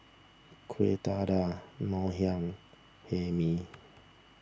Kueh Dadar Ngoh Hiang Hae Mee